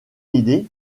idée